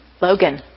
Logan